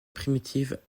primitive